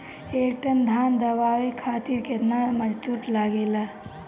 एक टन धान दवावे खातीर केतना मजदुर लागेला?